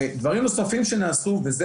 דברים נוספים שנעשו וזה,